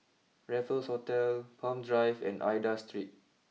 Raffles Hotel Palm Drive and Aida Street